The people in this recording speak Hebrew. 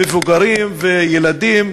מבוגרים וילדים,